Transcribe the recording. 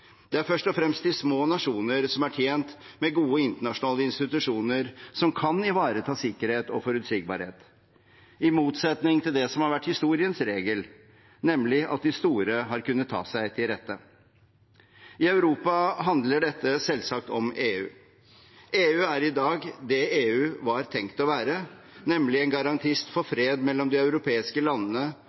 Det er først og fremst de små nasjoner som er tjent med gode internasjonale institusjoner, som kan ivareta sikkerhet og forutsigbarhet, i motsetning til det som har vært historiens regel, nemlig at de store har kunnet ta seg til rette. I Europa handler dette selvsagt om EU. EU er i dag det EU var tenkt å være, nemlig en garantist for fred mellom de europeiske landene